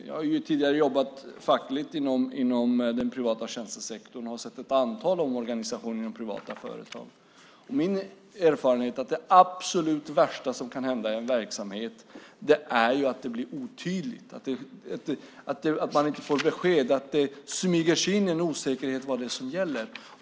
Jag har tidigare jobbat fackligt inom den privata tjänstesektorn och sett ett antal omorganisationer i privata företag. Min erfarenhet är att det absolut värsta som kan hända en verksamhet är att det hela blir otydligt, att man inte får besked, att det smyger sig in en osäkerhet om vad som gäller.